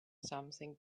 something